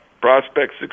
prospects